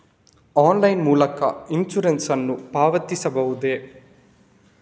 Online ಮೂಲಕ insurance ನ್ನು ಪಾವತಿಸಬಹುದೇ?